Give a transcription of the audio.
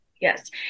Yes